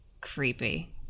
creepy